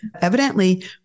Evidently